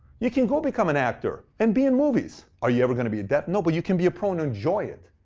you can go become an actor. and be in movies. are you ever going to be. no, but you can be a pro and enjoy it.